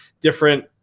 different